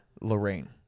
Lorraine